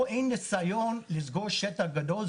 פה אין ניסיון לסגור שטח גדול,